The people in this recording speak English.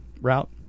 route